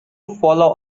follow